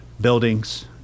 buildings